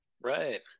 Right